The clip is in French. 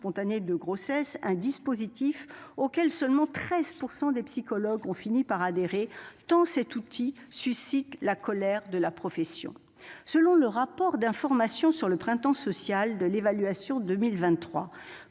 de grossesse un dispositif auquel seulement 13% des psychologues ont fini par adhérer temps cet outil suscite la colère de la profession selon le rapport d'information sur le printemps social de l'évaluation, 2023.